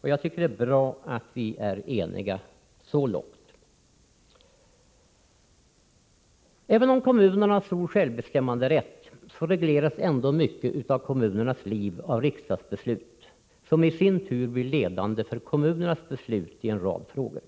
Det är bra att vi är eniga så långt. Även om kommunerna har stor självbestämmanderätt, regleras mycket av kommunernas liv av riksdagsbeslut, vilka i sin tur blir ledande för kommunernas beslut i en rad frågor.